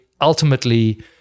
ultimately